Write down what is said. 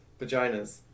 Vaginas